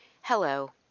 Hello